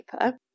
paper